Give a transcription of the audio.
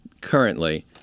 currently